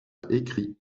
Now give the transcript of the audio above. écrit